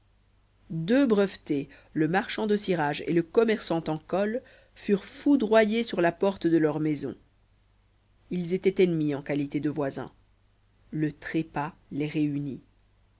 deux brevetés le marchand de cirage et le commerçant en colle furent foudroyés sur la porte de leur maison ils étaient ennemis en qualité de voisins le trépas les réunit